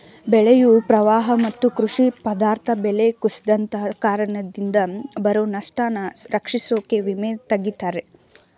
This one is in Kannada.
ಬೆಳೆಯು ಪ್ರವಾಹ ಮತ್ತು ಕೃಷಿ ಪದಾರ್ಥ ಬೆಲೆ ಕುಸಿತದ್ ಕಾರಣದಿಂದ ಬರೊ ನಷ್ಟನ ರಕ್ಷಿಸೋಕೆ ವಿಮೆ ತಗತರೆ